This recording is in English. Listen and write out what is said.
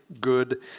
good